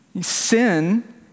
Sin